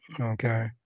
Okay